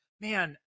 man